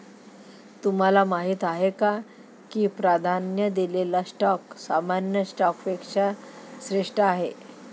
तुम्हाला माहीत आहे का की प्राधान्य दिलेला स्टॉक सामान्य स्टॉकपेक्षा श्रेष्ठ आहे?